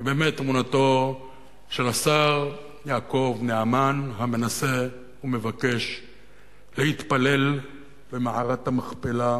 היא באמת תמונתו של השר יעקב נאמן המנסה ומבקש להתפלל במערת המכפלה,